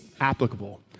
applicable